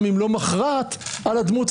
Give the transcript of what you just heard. גם אם לא מכרעת על הדמות.